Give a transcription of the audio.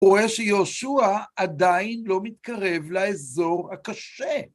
הוא רואה שיהשוע עדיין לא מתקרב לאזור הקשה.